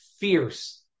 fierce